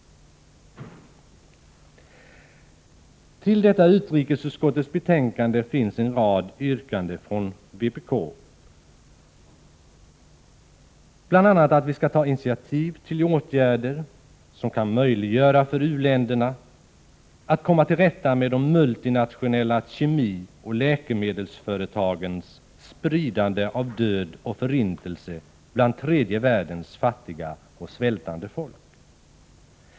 Till detta utrikesutskottets betänkande finns en rad yrkanden från vpk där vi bl.a. föreslår att vi skall ta initiativ till åtgärder som kan möjliggöra för u-länderna att komma till rätta med de multinationella kemioch läkemedelsföretagens spridande av död och förintelse bland tredje världens fattiga och svältande folk.